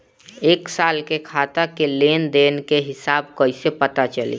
एक साल के खाता के लेन देन के हिसाब कइसे पता चली?